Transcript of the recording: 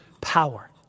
power